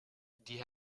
die